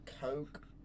coke